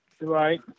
right